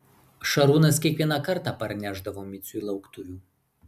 šarūnas kiekvieną kartą parnešdavo miciui lauktuvių